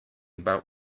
about